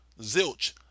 Zilch